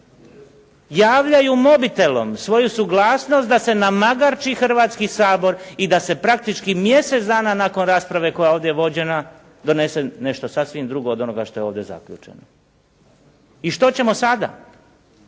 javljaju mobitelom svoju suglasnost da se namagarči Hrvatski sabor i da se praktički mjesec dana nakon rasprave koja je ovdje vođena donese nešto sasvim drugo od onoga što je ovdje zaključeno. I što ćemo sada?